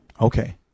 Okay